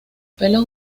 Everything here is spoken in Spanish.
pelos